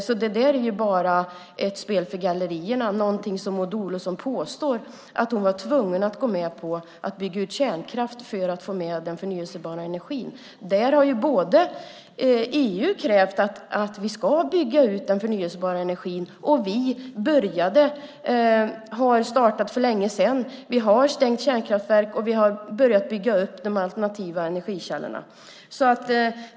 Så det där är bara ett spel för gallerierna och någonting som Maud Olofsson påstår - att hon var tvungen att gå med på att bygga ut kärnkraft för att få med den förnybara energin. EU har krävt att vi ska bygga ut den förnybara energin, och vi började för länge sedan. Vi har stängt kärnkraftverk, och vi har börjat bygga upp de alternativa energikällorna.